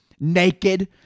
naked